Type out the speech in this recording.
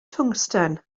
twngsten